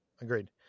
agreed